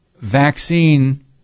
vaccine